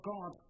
God